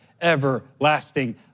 everlasting